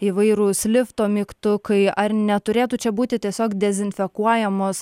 įvairūs lifto mygtukai ar neturėtų čia būti tiesiog dezinfekuojamos